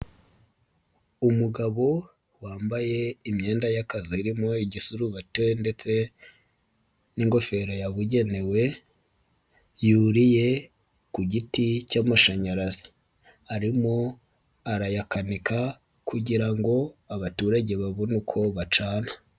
Umugabo wambaye imyenda y'akazi irimo igisubate ndetse n'ingofero yabugenewe yuriye ku giti cy'amashanyarazi arimo arayakanika kugira ngo abaturage babone uko bacana.